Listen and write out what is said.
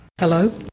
Hello